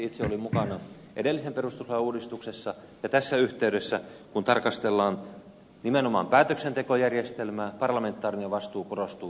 itse olin mukana edellisessä perustuslain uudistuksessa ja tässä yhteydessä kun tarkastellaan nimenomaan päätöksentekojärjestelmää parlamentaarinen vastuu korostuu erittäin merkittävästi